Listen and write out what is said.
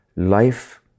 Life